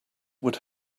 would